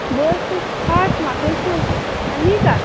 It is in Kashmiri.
بہٕ حظ چھِس فاطمہ تُہۍ چھُو حظ حمیٖداہ